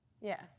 Yes